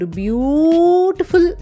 beautiful